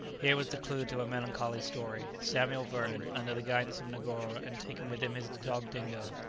here was the clue to a melancholy story. samuel vernon, under the guidance of negoro, and taking with him his dog dingo,